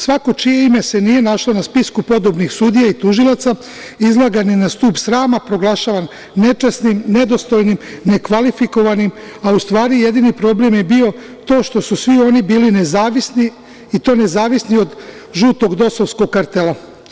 Svako čije ime se nije našlo na spisku podobnih sudija i tužilaca izlagan je na stub srama, proglašavan nečasnim, nedostojnim, nekvalifikovanim, a u stvari jedini problem je bio to što su svi oni bili nezavisni, i to nezavisni od žutog DOS - ovskog kartela.